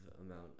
amount